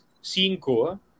Cinco